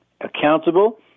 Accountable